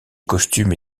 costumes